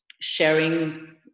sharing